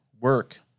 work